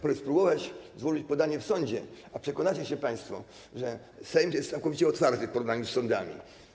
Proszę spróbować złożyć podanie w sądzie, a przekonacie się państwo, że Sejm jest całkowicie otwarty w porównaniu z sądami.